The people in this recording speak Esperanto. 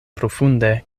profunde